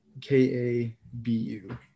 K-A-B-U